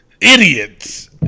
Idiots